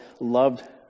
loved